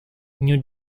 new